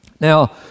Now